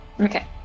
Okay